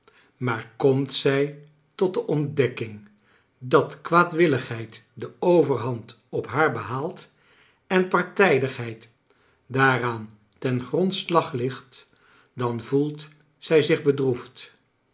maar komt zij tot de ontdekking dat kwaadwilligheid de overhand ophaar behaalt en partijdigheid daaraan ten grondslag ligt dan voelt zij zich bedroefd